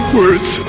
words